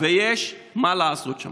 ויש מה לעשות שם.